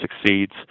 succeeds